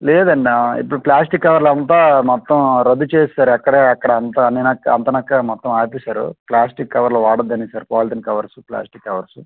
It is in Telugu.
లేదన్న ఇప్పుడు ప్లాస్టిక్ కవర్లు అంతా మొత్తం రద్దు చేసారు ఎక్కడ ఎక్కడ అంతా అన్నీ అంతా లెక్క మొత్తం ఆపేసారు ప్లాస్టిక్ కవర్లు వాడ వద్దనేసారు పాలిథిన్ కవర్స్ ప్లాస్టిక్ కవర్స్